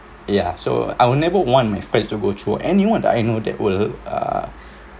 ya so I will never want my friends to go through anyone I know that will uh